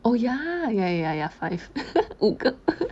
oh ya ya ya ya five 五个